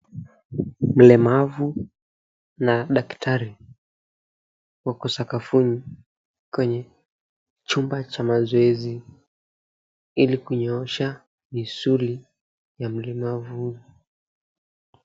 Mlemavu na daktari wako sakafuni kwenye chumba cha mazoezi ili kunyoosha misuli ya mlemavu.